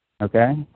Okay